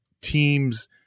teams